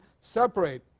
separate